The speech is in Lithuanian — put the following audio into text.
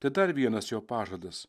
tai dar vienas jo pažadas